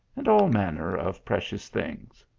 and all manner of precious things.